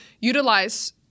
utilize